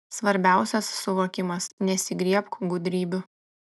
svarbiausias suvokimas nesigriebk gudrybių